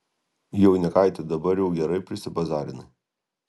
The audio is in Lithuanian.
jaunikaiti dabar jau gerai prisibazarinai